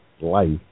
life